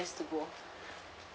friends to go